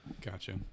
Gotcha